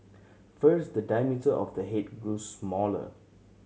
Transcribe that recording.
first the diameter of the head grew smaller